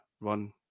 run